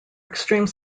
extreme